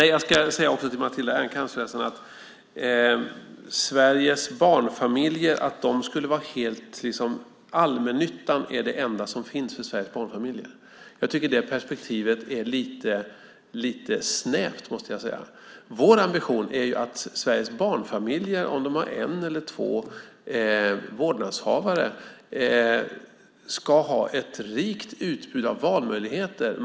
Jag ska också säga att perspektivet att allmännyttan skulle vara det enda alternativ som finns för Sveriges barnfamiljer är lite snävt. Vår ambition är att Sveriges barnfamiljer, antingen de har en eller två vårdnadshavare, ska ha ett rikt utbud av valmöjligheter.